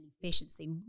efficiency